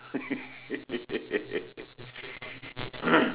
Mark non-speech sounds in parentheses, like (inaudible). (laughs) (coughs)